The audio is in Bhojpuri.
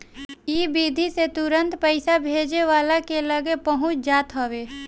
इ विधि से तुरंते पईसा भेजे वाला के लगे पहुंच जात हवे